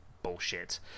bullshit